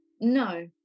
No